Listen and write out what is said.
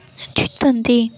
ଜିତନ୍ତିି